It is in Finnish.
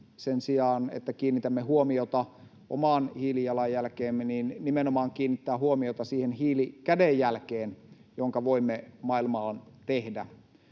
sen sijaan, että kiinnitämme huomiota omaan hiilijalanjälkemme, nimenomaan kiinnittää huomiota siihen hiilikädenjälkeen, jonka voimme maailmaan tehdä.